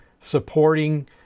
supporting